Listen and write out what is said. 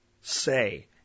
say